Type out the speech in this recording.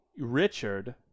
Richard